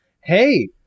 hey